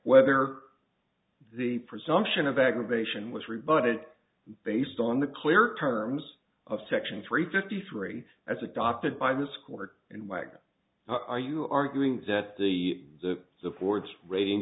whether the presumption of aggravation was rebutted based on the clear terms of section three fifty three as adopted by this court in wagga are you arguing that the the the ford's rating